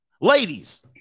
Ladies